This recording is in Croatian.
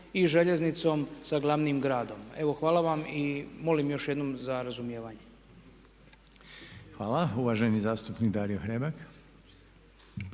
i željeznicom sa glavnim gradom. Evo hvala vam i molim još jednom za razumijevanje. **Reiner, Željko (HDZ)** Hvala. Uvaženi zastupnik Dario Hrebak.